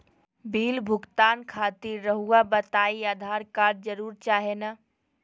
Bill भुगतान खातिर रहुआ बताइं आधार कार्ड जरूर चाहे ना?